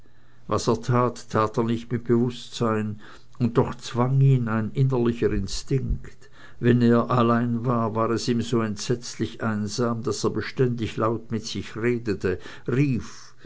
er nicht mit bewußtsein und doch zwang ihn ein innerlicher instinkt wenn er allein war war es ihm so entsetzlich einsam daß er beständig laut mit sich redete rief